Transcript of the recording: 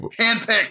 Handpicked